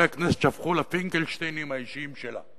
הכנסת שהפכו לפינקלשטיינים האישיים שלה.